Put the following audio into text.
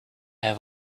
have